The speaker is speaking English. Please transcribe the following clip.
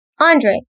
Andre